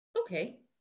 okay